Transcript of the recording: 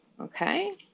okay